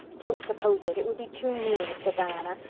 don't suppose it. it would be too mean, said diana,